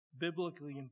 biblically